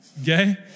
okay